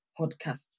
podcast